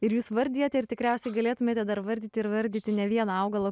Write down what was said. ir jūs vardijate ir tikriausiai galėtumėte dar vardyti ir vardyti ne vieną augalą